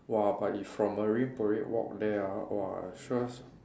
!wah! but if from Marine Parade walk there ah !wah! sure